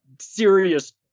serious